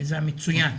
גזע מצוין,